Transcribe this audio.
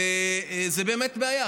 וזו באמת בעיה.